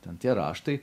ten tie raštai